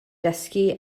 dysgu